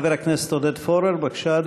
חבר הכנסת עודד פורר, בבקשה,